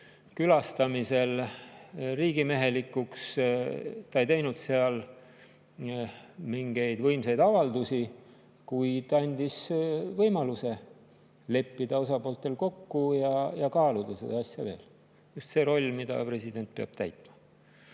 külastamisel riigimehelikuks. Ta ei teinud seal mingeid võimsaid avaldusi, kuid andis osapooltele võimaluse leppida kokku ja kaaluda seda asja veel. See on just see roll, mida president peab täitma.